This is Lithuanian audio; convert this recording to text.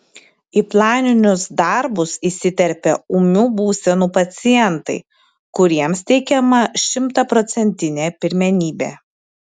į planinius darbus įsiterpia ūmių būsenų pacientai kuriems teikiama šimtaprocentinė pirmenybė